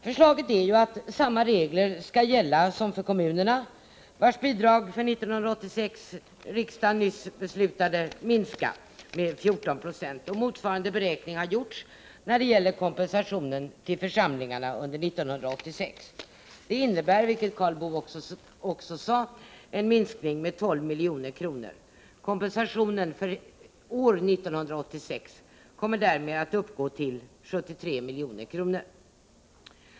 Förslaget är att samma regler skall gälla som för kommunerna, vars bidrag för 1986 riksdagen nyss beslutade minska med 14 96. Motsvarande beräkning har gjorts när det gäller kompensationen till församlingarna under 1986. Det innebär — vilket Karl Boo också sade — en minskning med 12 milj.kr. Kompensationen för år 1986 kommer därmed att uppgå till 73 milj.kr.